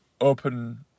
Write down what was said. open